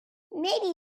maybe